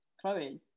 Chloe